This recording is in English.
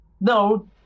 No